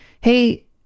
hey